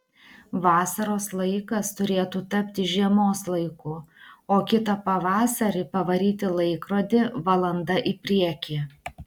vasaros laikas turėtų tapti žiemos laiku o kitą pavasarį pavaryti laikrodį valanda į priekį